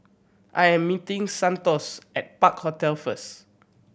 I am meeting Santos at Park Hotel first